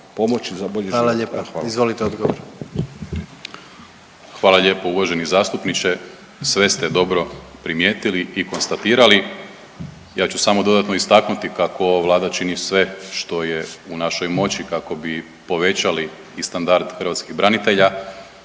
Hvala lijepa. Izvolite odgovor. **Primorac, Marko** Hvala lijepo uvaženi zastupniče. Sve ste dobro primijetili i konstatirali. Ja ću samo dodatno istaknuti kako ova Vlada čini sve što je u našoj moći kako bi povećali i standard hrvatskih branitelja,